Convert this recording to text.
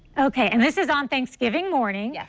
okay. and this is on thanksgiving morning. yeah